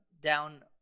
down